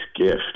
gift